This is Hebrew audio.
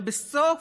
ובסוף,